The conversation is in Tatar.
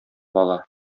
бала